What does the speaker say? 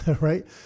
right